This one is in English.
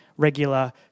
regular